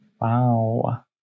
Wow